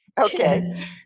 Okay